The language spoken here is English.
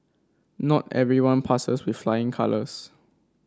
not everyone passes with flying colours